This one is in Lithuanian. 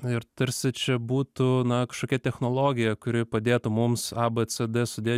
na ir tarsi čia būtų na kažkokia technologija kuri padėtų mums abcd sudėt